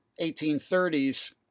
1830s